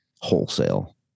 wholesale